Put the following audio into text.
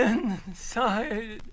Inside